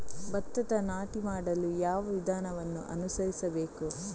ಭತ್ತದ ನಾಟಿ ಮಾಡಲು ಯಾವ ವಿಧಾನವನ್ನು ಅನುಸರಿಸಬೇಕು?